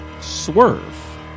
swerve